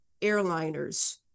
airliners